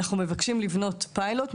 אנחנו מבקשים לבנות פיילוט,